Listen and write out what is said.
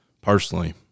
personally